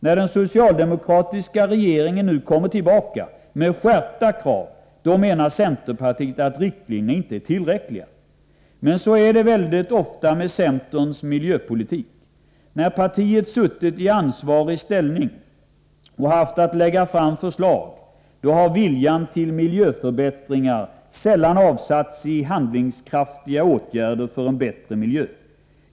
När den socialdemokratiska regeringen nu kommer tillbaka med skärpta krav menar centerpartiet att riktlinjerna inte är tillräckliga. Men så är det väldigt ofta med centerns miljöpolitik. När partiet suttit i ansvarig ställning och haft att lägga fram förslag har viljan till miljöförbättringar sällan avsatts i handlingskraftiga åtgärder för en bättre miljö.